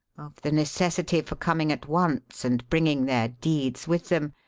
of the necessity for coming at once and bringing their deeds with them,